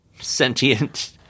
sentient